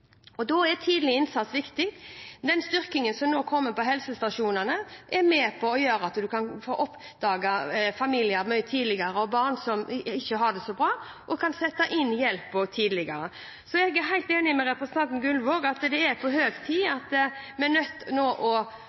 omsorgsovertakelse. Da er tidlig innsats viktig. Den styrkingen som nå kommer på helsestasjonene, er med på å gjøre at man mye tidligere kan oppdage familier og barn som ikke har det så bra, og kan sette inn hjelp tidligere. Jeg er helt enig med representanten Gullvåg i at det er på høy tid – og at vi er nødt til – å